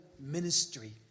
ministry